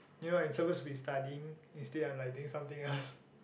you know I'm supposed to be studying instead I'm like doing something else